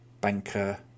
banker